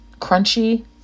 crunchy